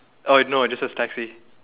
oh no it just says taxi